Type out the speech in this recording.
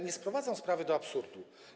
Nie sprowadzam sprawy do absurdu.